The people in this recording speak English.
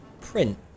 print